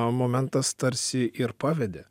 momentas tarsi ir pavedė